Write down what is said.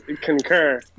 concur